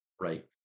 Right